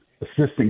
assistant